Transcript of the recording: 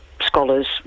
scholars